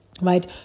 right